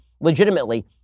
legitimately